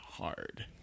hard